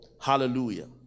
Hallelujah